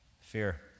Fear